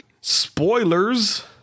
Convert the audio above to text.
spoilers